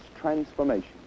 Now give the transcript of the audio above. transformation